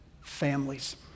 families